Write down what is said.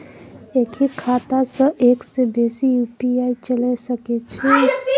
एक ही खाता सं एक से बेसी यु.पी.आई चलय सके छि?